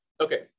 Okay